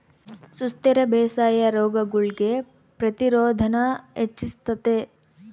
ಸುಸ್ಥಿರ ಬೇಸಾಯಾ ರೋಗಗುಳ್ಗೆ ಪ್ರತಿರೋಧಾನ ಹೆಚ್ಚಿಸ್ತತೆ